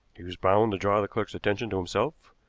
he was bound to draw the clerk's attention to himself,